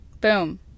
Boom